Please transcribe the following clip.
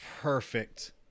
perfect